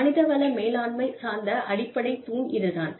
மனிதவள மேலாண்மை சார்ந்த அடிப்படை தூண் இது தான்